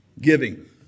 Giving